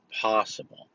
possible